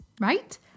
right